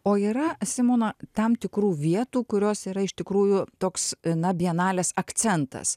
o yra simona tam tikrų vietų kurios yra iš tikrųjų toks na bienalės akcentas